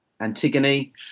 Antigone